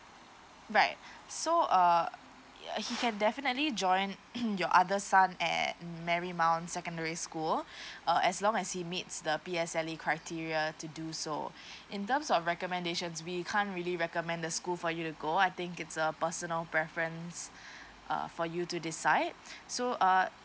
right so uh he can definitely joined your other son at mm marymount secondary school uh as long as he meets the P_S_L_E criteria to do so in terms of recommendations we can't really recommend the school for you to go I think it's a personal preference uh for you to decide so uh